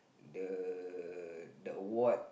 the the award